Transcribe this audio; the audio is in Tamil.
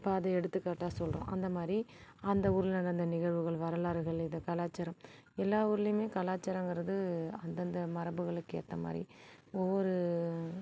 அப்போ அதை எடுத்துக்காட்டாக சொல்கிறோம் அந்த மாதிரி அந்த ஊரில் நடந்த நிகழ்வுகள் வரலாறுகள் இது கலாச்சாரம் எல்லா ஊர்லையுமே கலாச்சாரங்கிறது அந்தந்த மரபுகளுக்கு ஏற்ற மாதிரி ஒவ்வொரு